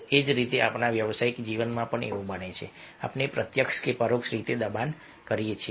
એ જ રીતે આપણા વ્યવસાયિક જીવનમાં પણ એવું બને છે કે આપણે પ્રત્યક્ષ કે પરોક્ષ રીતે દબાણ કરીએ છીએ